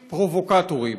פרובוקטורים.